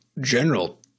general